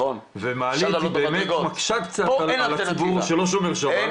ומעלית היא באמת מקשה קצת על הציבור שלא שומר שבת.